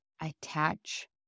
attach